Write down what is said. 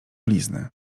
blizny